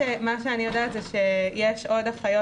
יודעת שיש עכשיו עוד אחיות,